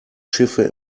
schiffe